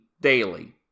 daily